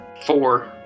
four